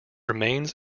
remains